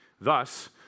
Thus